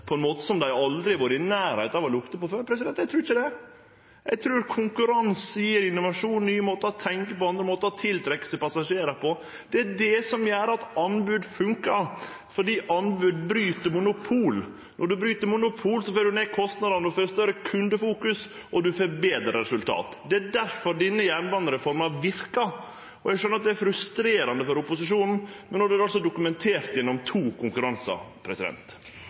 på ein måte som dei aldri har vore i nærleiken av å lukte på før? Eg trur ikkje det. Eg trur konkurranse gjev innovasjon, nye måtar å tenkje på og andre måtar å tiltrekkje seg passasjerar på. Det er det som gjer at anbod funkar, fordi anbod bryt monopol. Når ein bryt monopol, får ein ned kostnadene, ein får større kundefokus, og ein får betre resultat. Det er difor denne jernbanereforma verkar. Eg skjønar at det er frustrerande for opposisjonen, men no er det altså dokumentert gjennom to konkurransar.